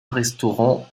restaurant